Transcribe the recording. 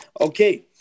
Okay